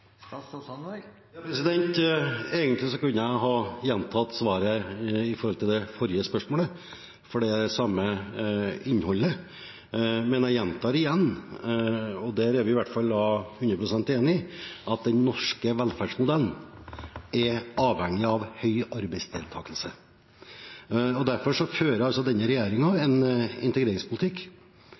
kunne jeg ha gjentatt svaret på det forrige spørsmålet, for det er samme innholdet. Men jeg gjentar, og der er vi i hvert fall 100 pst. enige, at den norske velferdsmodellen er avhengig av høy arbeidsdeltakelse. Derfor fører denne regjeringen en integreringspolitikk